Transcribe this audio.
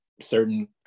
certain